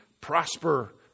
prosper